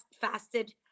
fasted